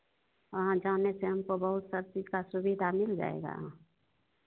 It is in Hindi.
हाँ जाने से हमको बहुत सा चीज़ का सुविधा मिल जाएगा